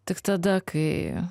tik tada kai